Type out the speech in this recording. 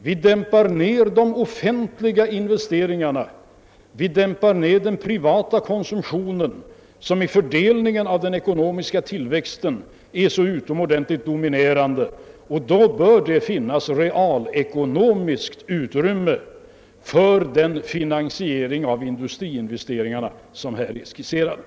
Vi dämpar ned de offentliga investeringarna och den privata konsumtionen som vid fördelningen av den ekonomiska tillväxten är så utomordentligt dominerande, och då bör det finnas realekonomiskt utrymme för den finansiering av industriinvesteringarna som har skisserats.